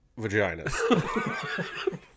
vaginas